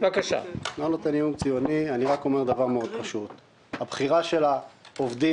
אני רק אומר דבר פשוט מאוד: הבחירה של העובדים